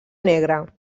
negra